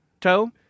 toe